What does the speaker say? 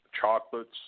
chocolates